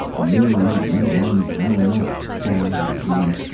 the millions went on piling up, five at a time,